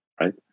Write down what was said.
right